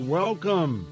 welcome